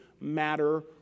matter